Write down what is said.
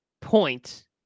point